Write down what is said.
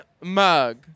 mug